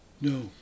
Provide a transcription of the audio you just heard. No